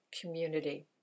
community